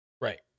Right